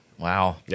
Wow